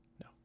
No